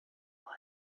vrai